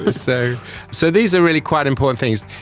ah so so these are really quite important things.